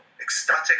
ecstatic